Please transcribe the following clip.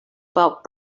about